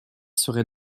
seraient